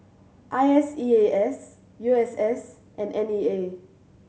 I S E A S U S S and N E A